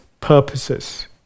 purposes